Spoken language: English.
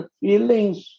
feelings